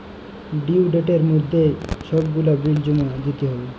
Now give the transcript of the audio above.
due ডেটের মইধ্যে ছব গুলা বিল জমা দিতে হ্যয়